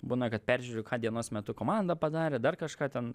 būna kad peržiūriu ką dienos metu komanda padarė dar kažką ten